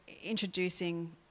introducing